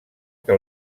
que